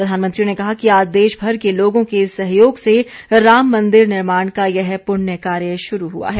प्रधानमंत्री ने कहा कि आज देशभर के लोगों के सहयोग से राम मन्दिर निर्माण का यह पृण्य कार्य शरू हआ है